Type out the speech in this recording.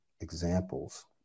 examples